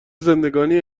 زندگانی